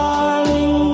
Darling